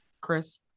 Chris